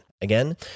Again